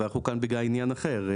אבל אנחנו כאן בגלל עניין אחר,